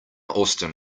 austen